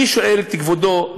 אני שואל את כבודו,